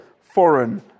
foreign